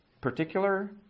particular